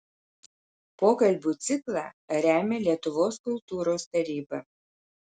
pokalbių ciklą remia lietuvos kultūros taryba